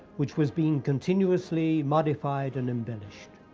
which was being continuously modified and embellished.